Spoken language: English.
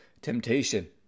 temptation